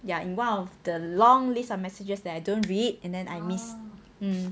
ya in one of the long list of messages that I don't read and then I miss um